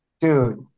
dude